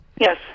Yes